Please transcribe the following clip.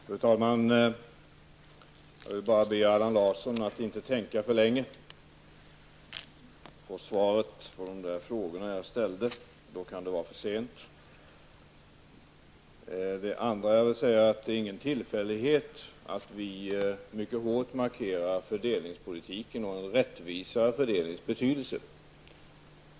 Fru talman! Jag vill be Allan Larsson att inte tänka för länge på svaren på de frågor jag ställde; då kan det bli för sent. Jag vill också säga att det inte är någon tillfällighet att vi mycket hårt markerar fördelningspolitiken och en rättvisare fördelnings betydelse.